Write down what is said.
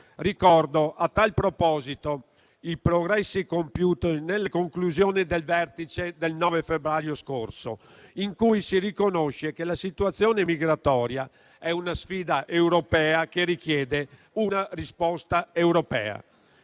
Ricordo a tal proposito i progressi compiuti nelle conclusioni del vertice del 9 febbraio scorso, in cui si riconosce che la situazione migratoria è una sfida europea che richiede una risposta europea.